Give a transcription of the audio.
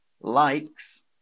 likes